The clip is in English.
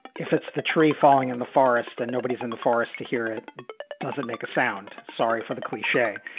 if it's the tree falling in the forest and nobody's in the forest to hear, it doesn't make a sound. sorry for the cliche.